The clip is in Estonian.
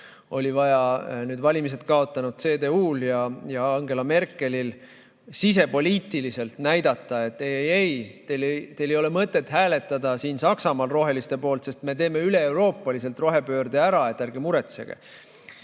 oli vaja nüüd valimised kaotanud CDU-l ja Angela Merkelil sisepoliitiliselt näidata, et ei-ei-ei, teil ei ole mõtet hääletada siin Saksamaal roheliste poolt, sest me teeme üleeuroopaliselt rohepöörde ära, ärge muretsege.